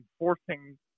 enforcing